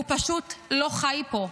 הוא פשוט לא חי פה.